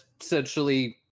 essentially